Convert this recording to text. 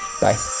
Bye